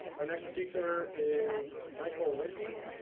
our next speaker is michael wendy.